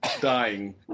Dying